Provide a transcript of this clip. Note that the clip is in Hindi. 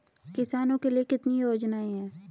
किसानों के लिए कितनी योजनाएं हैं?